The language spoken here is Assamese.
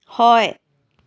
হয়